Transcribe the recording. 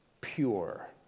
pure